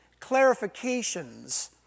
clarifications